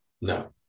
No